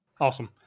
Awesome